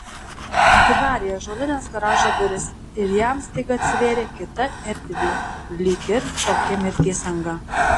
atidarė ąžuolines garažo duris ir jam staiga atsivėrė kita erdvė lyg ir kokia mirties anga